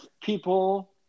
people